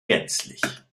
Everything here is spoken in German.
gänzlich